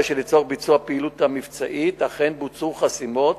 הרי שלצורך ביצוע הפעילות המבצעית אכן בוצעו חסימות